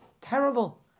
terrible